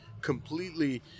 completely